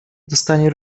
dostanie